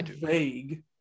vague